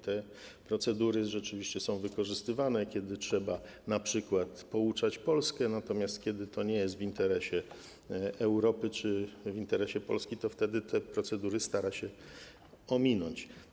Te procedury rzeczywiście są wykorzystywane, kiedy trzeba np. pouczać Polskę, natomiast kiedy to nie jest w interesie Europy czy w interesie Polski, to wtedy te procedury stara się ominąć.